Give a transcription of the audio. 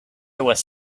was